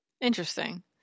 Interesting